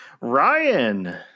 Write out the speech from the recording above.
Ryan